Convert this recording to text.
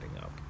up